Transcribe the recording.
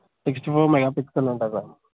sixty four megapixel ఉంటుంది ma'am